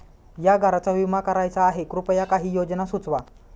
या घराचा विमा करायचा आहे कृपया काही योजना सुचवा